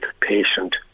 patient